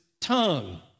tongue